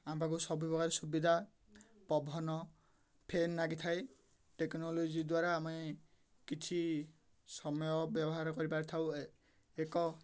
ଆମ ପାଖକୁ ସବୁ ପ୍ରକାର ସୁବିଧା ପବନ ଫେନ୍ ଲାଗିଥାଏ ଟେକ୍ନୋଲୋଜି ଦ୍ୱାରା ଆମେ କିଛି ସମୟ ବ୍ୟବହାର କରିପାରିଥାଉ ଏକ